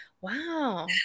wow